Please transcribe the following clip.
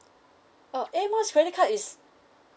oh air miles credit card is